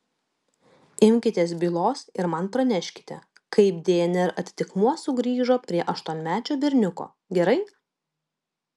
imkitės bylos ir man praneškite kaip dnr atitikmuo sugrįžo prie aštuonmečio berniuko gerai